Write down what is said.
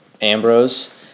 Ambrose